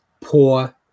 poor